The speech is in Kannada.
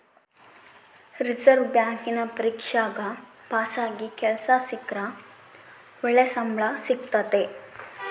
ರಿಸೆರ್ವೆ ಬ್ಯಾಂಕಿನ ಪರೀಕ್ಷೆಗ ಪಾಸಾಗಿ ಕೆಲ್ಸ ಸಿಕ್ರ ಒಳ್ಳೆ ಸಂಬಳ ಸಿಕ್ತತತೆ